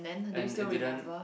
and it didn't